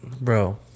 Bro